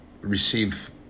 receive